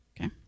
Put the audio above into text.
Okay